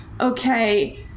okay